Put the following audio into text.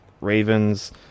Ravens